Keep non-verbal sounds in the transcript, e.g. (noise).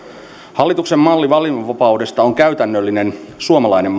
hallituksen malli valinnanvapaudesta on käytännöllinen suomalainen (unintelligible)